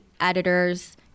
editors